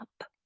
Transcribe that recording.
up